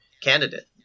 candidate